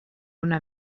una